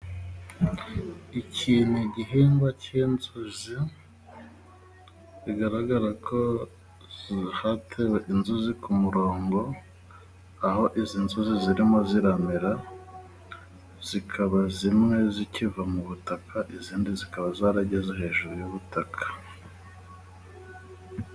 Iki gihingwa cy'inzuzi bigaragara ko hatewe inzuzi ku murongo. Aho izi nzuzi zirimo ziramera zikaba zimwe zikiva mu butaka izindi zikaba zarageze hejuru y'ubutaka.